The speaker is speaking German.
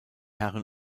herren